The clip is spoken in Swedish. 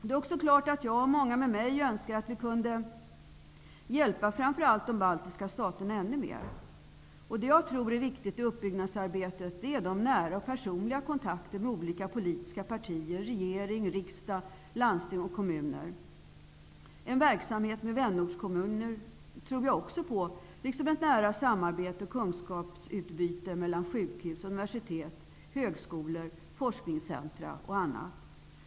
Det är också klart att jag och många med mig önskar att vi kunde hjälpa framför allt de baltiska staterna ännu mer. Det jag tror är viktigt i uppbyggnadsarbetet är de nära och personliga kontakterna med olika politiska partier, regering, riksdag, landsting och kommuner. En verksamhet med vänortskommuner tror jag också på, liksom ett nära samarbete och kunskapsutbyte mellan sjukhus, universitet, högskolor, forskningscentrer och annat.